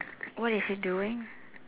what is he doing